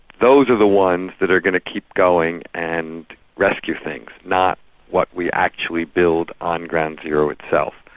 those are the ones that are going to keep going and rescue things, not what we actually build on ground zero itself.